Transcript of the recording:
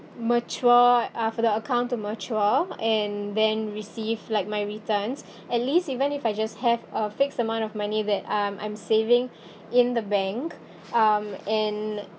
mature uh for the account to mature and then receive like my returns at least even if I just have a fixed amount of money that um I'm saving in the bank um and